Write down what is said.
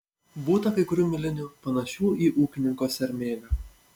būta kai kurių milinių panašių į ūkininko sermėgą